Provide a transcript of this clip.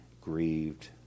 grieved